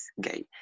gay